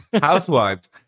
Housewives